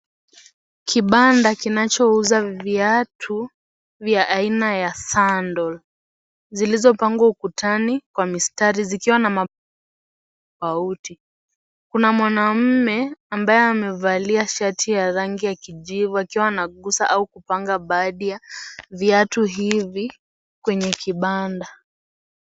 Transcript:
Kibanda kinachouza viatu vya aina ya sandal zilizopangwa ukutani kwa mistari zikiwa na mapambo tofauti. Kuna mwanamume ambaye amevalia shati ya rangi ya kijivu akiwa anagusa au kupanga baadhi ya viatu hivi kwenye kibanda.